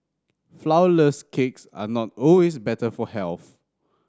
flourless cakes are not always better for health